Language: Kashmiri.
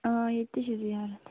آ ییٚتہِ تہِ چھِ زیارَتھ